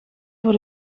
voor